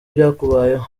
byakubayeho